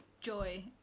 joy